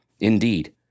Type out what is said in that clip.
Indeed